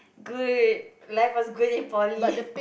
good life was good in poly